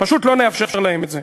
פשוט לא נאפשר להם את זה.